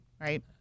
right